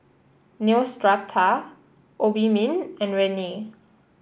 Neostrata Obimin and Rene